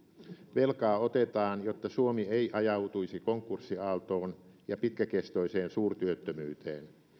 velkaa otetaan jotta suomi ei ajautuisi konkurssiaaltoon ja pitkäkestoiseen suurtyöttömyyteen